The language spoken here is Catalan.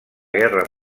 guerra